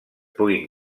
puguin